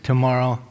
tomorrow